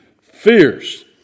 fierce